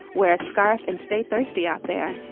wear a scarf and stay thirsty out there